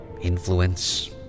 influence